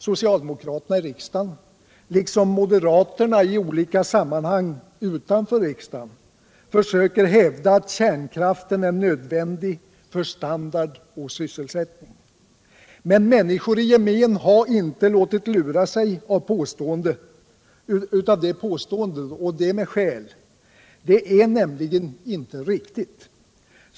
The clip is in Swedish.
Socialdemokraterna i riksdagen — liksom moderaterna i olika sammanhang utanför riksdagen — försöker hävda att kärnkraften är nödvändig för standard och sysselsättning. Men människorna i gemen har inte låtit lura sig av det påståendet, och det med skäl. Det är nämligen inte riktigt.